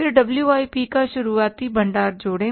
फिर WIP का शुरुआती भंडार जोड़ें